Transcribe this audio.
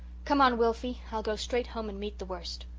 come on, wilfy. i'll go straight home and meet the worst.